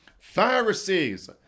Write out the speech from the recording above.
Pharisees